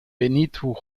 benito